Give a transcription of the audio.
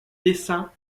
dessin